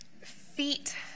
Feet